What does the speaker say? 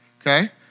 okay